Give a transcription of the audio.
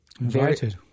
Invited